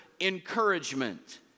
Encouragement